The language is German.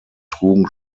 trugen